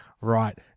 Right